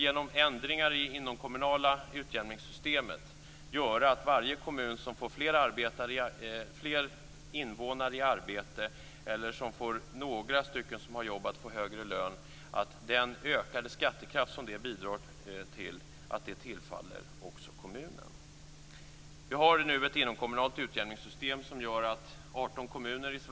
Genom ändringar i inomkommunala utjämningssystemet kommer varje kommun att få fler invånare i arbete eller några som får högre lön. Den ökade skattekraft som det bidrar till kommer att tillfalla kommunen.